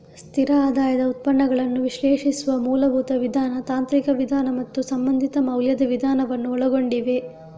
ಸ್ಥಿರ ಆದಾಯದ ಉತ್ಪನ್ನಗಳನ್ನು ವಿಶ್ಲೇಷಿಸುವ ಮೂಲಭೂತ ವಿಧಾನ, ತಾಂತ್ರಿಕ ವಿಧಾನ ಮತ್ತು ಸಂಬಂಧಿತ ಮೌಲ್ಯದ ವಿಧಾನವನ್ನು ಒಳಗೊಂಡಿವೆ